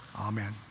Amen